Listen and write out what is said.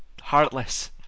heartless